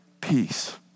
peace